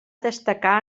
destacar